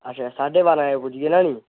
अच्छा साड्ढे बारां बजे पुज्जी जाना नी